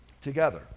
together